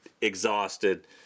exhausted